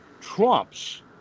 trumps